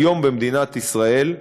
היום במדינת ישראל,